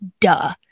duh